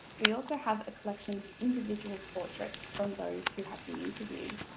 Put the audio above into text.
we also have a collection of individual portraits from those who have been interviewed.